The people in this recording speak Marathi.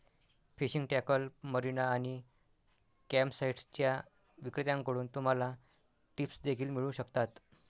फिशिंग टॅकल, मरीना आणि कॅम्पसाइट्सच्या विक्रेत्यांकडून तुम्हाला टिप्स देखील मिळू शकतात